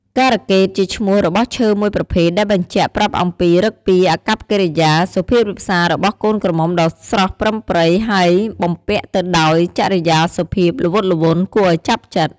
ការកេត ជាឈ្មោះរបស់ឈើមួយប្រភេទដែលបញ្ជាក់ប្រាប់អំពីឬកពារអាកប្បកិរិយាសុភាបរាបសាររបស់កូនក្រមុំដ៏ស្រស់ប្រិមប្រិយហើយបំពាក់ទៅដោយចរិយាសុភាពល្វតល្វន់ គួរឲ្យចាប់ចិត្ត។